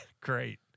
great